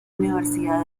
universidad